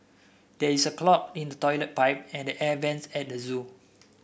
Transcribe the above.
there is a clog in the toilet pipe and the air vents at the zoo